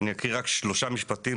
אני אקרא רק שלושה משפטים.